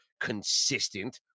consistent